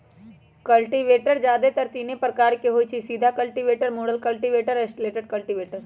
cultivator जादेतर तीने प्रकार के होई छई, सीधा कल्टिवेटर, मुरल कल्टिवेटर, स्लैटेड कल्टिवेटर